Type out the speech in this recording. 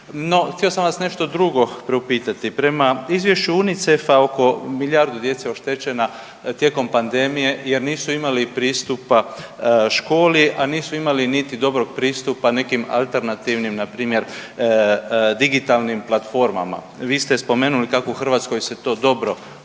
htio sam vas nešto drugo priupitati, prema izvješću UNICEF-a oko milijardu djece je oštećena tijekom pandemije jer nisu imali pristupa školi, a nisu imali niti dobrog pristupa nekim alternativnim npr. digitalnim platformama. Vi ste spomenuli kako u Hrvatskoj se to dobro